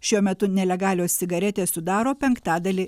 šiuo metu nelegalios cigaretės sudaro penktadalį